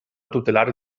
tutelar